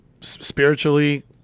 spiritually